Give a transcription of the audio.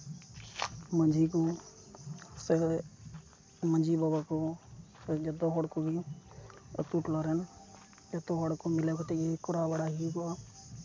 ᱢᱟᱹᱡᱷᱤ ᱠᱚ ᱥᱮ ᱢᱟᱹᱡᱷᱤ ᱵᱟᱵᱟ ᱠᱚ ᱡᱚᱛᱚ ᱦᱚᱲ ᱠᱚᱜᱮ ᱟᱛᱳ ᱴᱚᱞᱟ ᱨᱮᱱ ᱡᱚᱛᱚ ᱦᱚᱲ ᱦᱚᱯᱚᱱ ᱢᱤᱞᱟᱹᱣ ᱠᱟᱛᱮ ᱜᱮ ᱠᱚᱨᱟᱣ ᱵᱟᱲᱟᱭ ᱦᱩᱭᱩᱜᱚᱜᱼᱟ